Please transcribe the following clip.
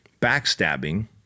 backstabbing